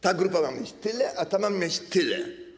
Ta grupa ma mieć tyle, a ta ma mieć tyle.